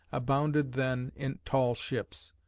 abounded then in tall ships.